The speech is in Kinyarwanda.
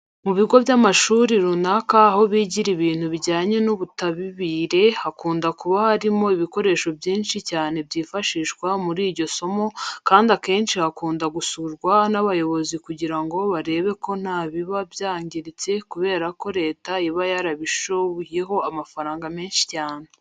Mu bigo by'amashuri runaka aho bigira ibintu bijyanye n'ubutabire hakunda kuba harimo ibikoresho byinshi cyane byifashishwa muri iryo somo kandi akenshi hakunda gusurwa n'abayobozi kugira ngo barebe ko ntabiba byangiritse kubera ko leta iba yarabishoyeho amafaranga menshi cyane.